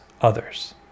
others